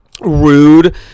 rude